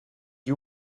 you